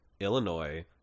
Illinois